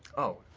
oh.